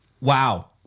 Wow